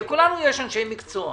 לכולנו יש אנשי מקצוע.